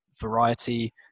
variety